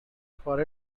for